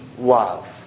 Love